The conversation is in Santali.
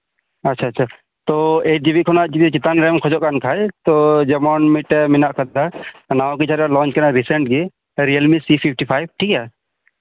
ᱟᱪᱪᱷᱟ ᱟᱪᱪᱷᱟ ᱛᱚ ᱮᱭᱤᱴ ᱡᱤᱵᱤ ᱠᱷᱚᱱᱟᱜ ᱡᱩᱫᱤ ᱪᱮᱠᱟᱱ ᱨᱮᱢ ᱠᱟᱱ ᱠᱷᱟᱡ ᱛᱚ ᱡᱮᱢᱚᱱ ᱢᱤᱫᱴᱮᱡ ᱢᱮᱱᱟᱜ ᱠᱟᱫᱟ ᱚᱱᱟ ᱫᱚ ᱞᱚᱧᱪ ᱠᱟᱱᱟ ᱨᱤᱥᱮᱱᱴ ᱜᱤ ᱨᱤᱭᱮᱞᱢᱤ ᱥᱤ ᱥᱤᱠᱥᱴᱤ ᱯᱷᱟᱭᱤᱵ ᱴᱷᱤᱠᱜᱮᱭᱟ